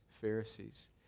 Pharisees